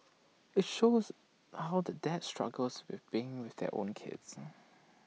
IT shows how the dads struggles with being with their own kids